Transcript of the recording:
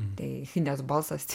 tai fines balsas